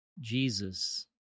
Jesus